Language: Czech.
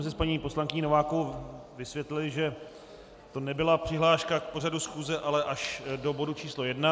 My jsme si s paní poslankyní Novákovou vysvětlili, že to nebyla přihláška k pořadu schůze, ale až do bodu číslo 1.